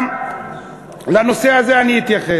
גם לנושא הזה אני אתייחס.